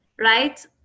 Right